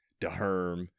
DeHerm